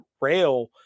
rail